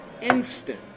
instant